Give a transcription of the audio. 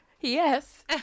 yes